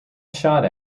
shot